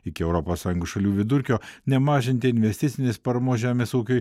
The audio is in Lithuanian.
iki europos sąjungos šalių vidurkio nemažinti investicinės paramos žemės ūkiui